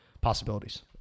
possibilities